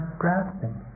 grasping